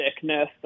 thickness